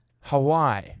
Hawaii